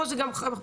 פה זה גם חתום,